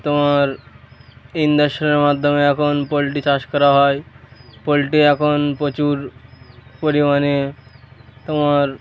তোমার ইঞ্জেকশনের মাধ্যমে এখন পোলট্রি চাষ করা হয় পোলট্রি এখন প্রচুর পরিমাণে তোমার